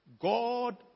God